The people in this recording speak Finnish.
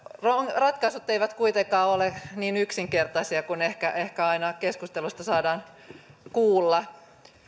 ratkaisut eivät kuitenkaan ole niin yksinkertaisia kuin ehkä ehkä keskusteluissa saadaan kuulla